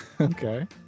Okay